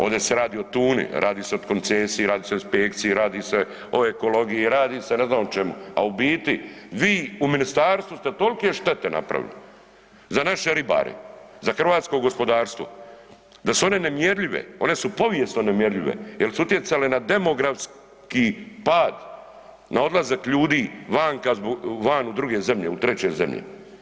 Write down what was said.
Ovdje se radi o tuni, radi se o koncesiji, radi se o inspekciji, radi se o ekologiji, radi se ne znam o čemu, a u biti vi u ministarstvu ste tolike štete napravili za naše ribare, za hrvatsko gospodarstvo da su one nemjerljive, one su povijesno nemjerljive jer su utjecale na demografski pad, na odlazak ljudi vanka, van u druge zemlje, u treće zemlje.